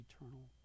eternal